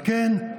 על כן,